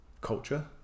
culture